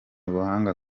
ubuhanga